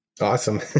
Awesome